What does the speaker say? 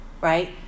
right